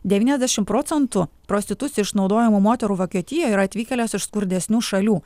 devyniasdešimt procentų prostitucija išnaudojamų moterų vokietijoj yra atvykėlės iš skurdesnių šalių